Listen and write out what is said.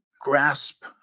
grasp